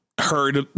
heard